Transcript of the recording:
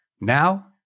Now